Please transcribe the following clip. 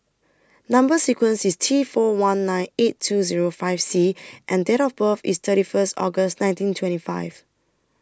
Number sequence IS T four one nine eight two Zero five C and Date of birth IS thirty First August nineteen twenty five